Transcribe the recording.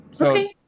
Okay